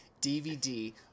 DVD